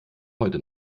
heute